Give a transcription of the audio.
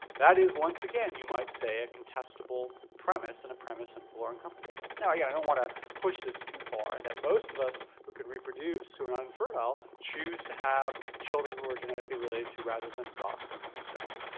that is once again you might say, a contestable premise and a premise that and people are uncomfortable with. now yeah i don't want to push this too far and that most of us who can reproduce who are not infertile choose to have children who are genetically related to rather than adopt. some of us don't.